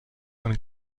and